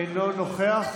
אינו נוכח.